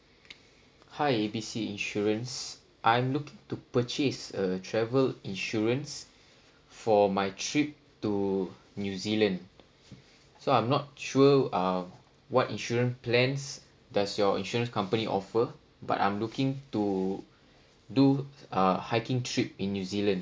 hi A B C insurance I'm looking to purchase a travel insurance for my trip to new zealand so I'm not sure uh what insurance plans does your insurance company offer but I'm looking to do uh hiking trip in new zealand